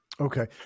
Okay